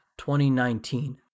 2019